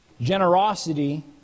Generosity